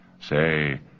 say